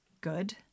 good